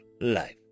life